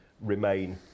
Remain